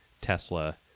Tesla